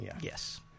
Yes